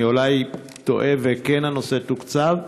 אולי אני טועה והנושא כן תוקצב?